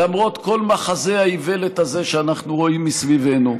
למרות כל מחזה האיוולת הזה שאנחנו רואים מסביבנו.